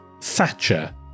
thatcher